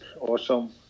awesome